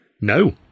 No